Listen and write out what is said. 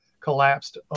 collapsed